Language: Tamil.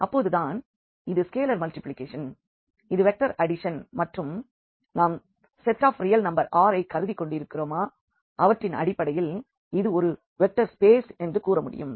அப்போது தான் இது ஸ்கேலர் மல்டிப்ளிகேஷன் இந்த வெக்டர் அடிஷன் மற்றும் நாம் set of real number R ஐக் கருதிக் கொண்டிருக்கிறோமோ அவற்றின் அடிப்படையில் இது ஒரு வெக்டர் ஸ்பேஸ் என்று கூற முடியும்